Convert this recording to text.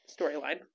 storyline